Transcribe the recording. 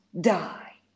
die